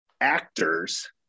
actors